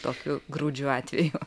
tokiu graudžiu atveju